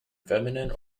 feminine